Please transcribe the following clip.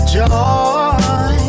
joy